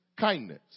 kindness